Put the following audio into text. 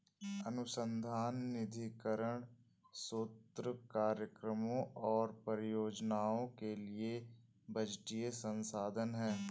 अनुसंधान निधीकरण स्रोत कार्यक्रमों और परियोजनाओं के लिए बजटीय संसाधन है